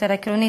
יותר עקרונית.